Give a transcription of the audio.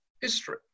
history